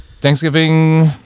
Thanksgiving